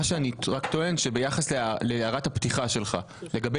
אני טוען שביחס להערת הפתיחה שלך לגבי